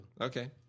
Okay